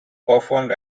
performed